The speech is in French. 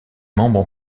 membres